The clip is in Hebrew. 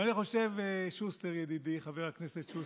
אבל אני חושב, שוסטר ידידי, חבר הכנסת שוסטר,